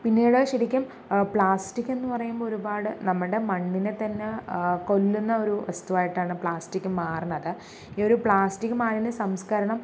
പിന്നീട് ശരിക്കും പ്ലാസ്റ്റിക്കെന്ന് പറയുമ്പോൾ ഒരുപാട് നമ്മടെ മണ്ണിനെ തന്നെ കൊല്ലുന്ന ഒരു വസ്തുവായിട്ടാണ് പ്ലാസ്റ്റിക് മാറണത് ഈ ഒരു പ്ലാസിക് മാലിന്യ സംസ്കരണം